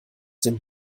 dem